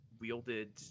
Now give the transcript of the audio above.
wielded